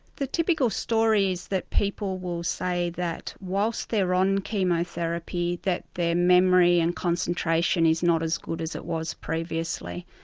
the typical story is that people will say that whilst they're on chemotherapy that their memory and concentration is not as good as it was previously.